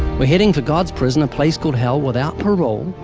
we're heading for god's prison, a place called hell, without parole.